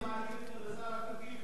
למה אתה מעליב את הבזאר הטורקי,